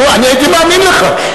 אני הייתי מאמין לך.